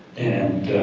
and